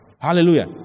Hallelujah